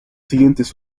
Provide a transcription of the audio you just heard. siguientes